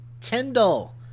Tyndall